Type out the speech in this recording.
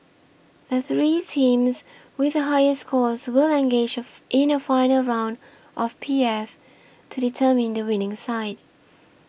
the three teams with the higher scores will engage in a final round of P F to determine the winning side